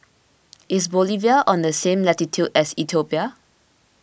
is Bolivia on the same latitude as Ethiopia